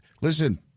listen